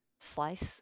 slice